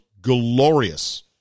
glorious